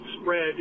spread